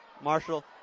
Marshall